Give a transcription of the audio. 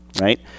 Right